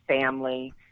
family